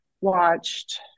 watched